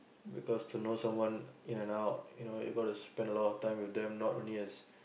because to know someone in and out you got to spend a lot of time with them not only as